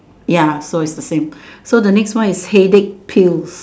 ya so it's the same so the next one is headache pill